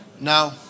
Now